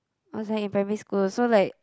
I was like in primary school so like